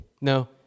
No